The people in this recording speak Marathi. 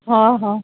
हा हं